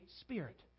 spirit